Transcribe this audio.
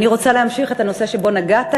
אני רוצה להמשיך את הנושא שבו נגעת,